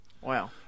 Wow